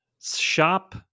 shop